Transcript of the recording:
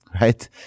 right